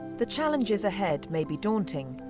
the challenges ahead may be daunting,